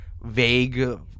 vague